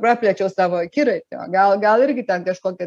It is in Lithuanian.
praplėčiau savo akiratį o gal gal irgi ten kažkokią